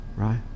right